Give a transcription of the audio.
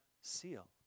seal